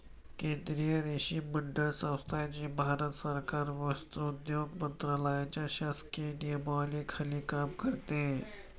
केंद्रीय रेशीम मंडळ संस्था, जी भारत सरकार वस्त्रोद्योग मंत्रालयाच्या प्रशासकीय नियंत्रणाखाली काम करते